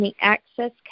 access